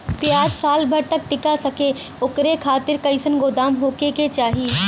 प्याज साल भर तक टीका सके ओकरे खातीर कइसन गोदाम होके के चाही?